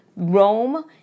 Rome